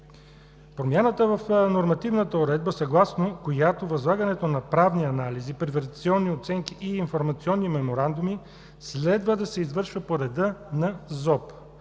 промяната в нормативната уредба, съгласно която възлагането на правни анализи, приватизационни оценки и информационни меморандуми, следва да се извършва по реда на ЗОП.